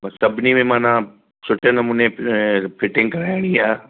सभिनी में माना सुठे नमूने फिटिंग कराइणी आहे